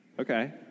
Okay